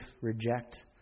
reject